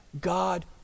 God